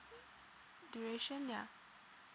duration ya